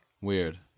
weird